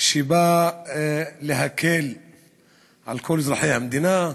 שבא להקל על כל אזרחי המדינה,